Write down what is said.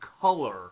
color